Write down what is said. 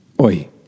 oi